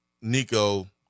nico